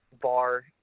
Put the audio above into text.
bar